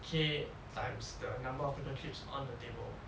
k times the number of paper clips on the table